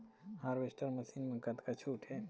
Harvester machine मा कतका छूट हे?